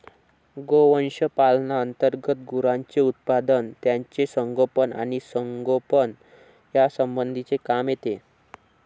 गोवंश पालना अंतर्गत गुरांचे उत्पादन, त्यांचे संगोपन आणि संगोपन यासंबंधीचे काम येते